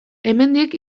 hemendik